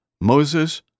Moses